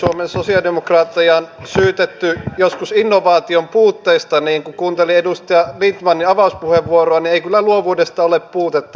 suomen sosialidemokraatteja on syytetty joskus innovaation puutteesta mutta kun kuunteli edustaja lindtmanin avauspuheenvuoroa niin ei kyllä luovuudesta ole puutetta